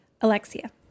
Alexia